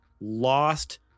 lost